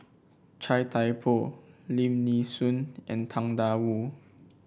Chia Thye Poh Lim Nee Soon and Tang Da Wu